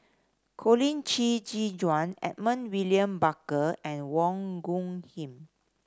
Colin Qi Zhe Quan Edmund William Barker and Wong Khim